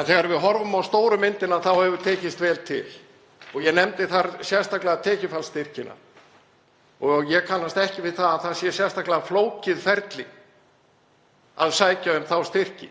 En þegar við horfum á stóru myndina hefur tekist vel til og ég nefndi þar sérstaklega tekjufallsstyrkina. Ég kannast ekki við að það sé sérstaklega flókið ferli að sækja um þá styrki.